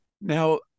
Now